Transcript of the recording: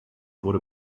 wurde